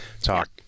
talk